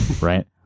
right